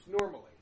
normally